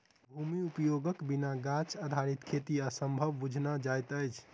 भूमि उपयोगक बिना गाछ आधारित खेती असंभव बुझना जाइत अछि